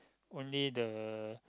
only the